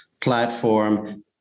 platform